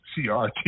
CRT